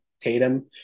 Tatum